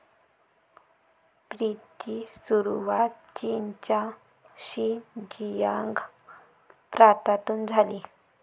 पीचची सुरुवात चीनच्या शिनजियांग प्रांतातून झाली